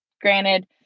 Granted